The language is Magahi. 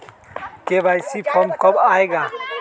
के.वाई.सी फॉर्म कब आए गा?